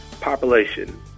population